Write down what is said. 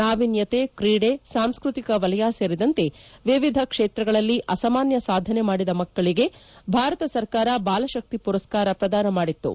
ನಾವಿನ್ಣತೆ ಕ್ರೀಡೆ ಸಾಂಸ್ಕೃತಿಕ ವಲಯ ಸೇರಿದಂತೆ ವಿವಿಧ ಕ್ಷೇತ್ರಗಳಲ್ಲಿ ಅಸಾಮಾನ್ಣ ಸಾಧನೆ ಮಾಡಿದ ಮಕ್ಕಳಗೆ ಭಾರತ ಸರ್ಕಾರ ಬಾಲಕಕ್ತಿ ಪುರಸ್ಕಾರ ಪ್ರದಾನ ಮಾಡಿದ್ದು